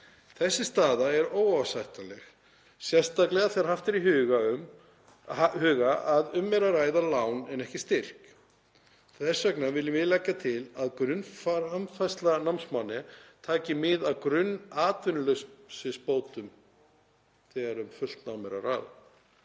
Þessi staða er óásættanleg, sérstaklega þegar haft er í huga að um er að ræða lán en ekki styrk. Þess vegna viljum við leggja til að grunnframfærsla námsmanna taki mið af grunnatvinnuleysisbótum þegar um fullt nám er að ræða.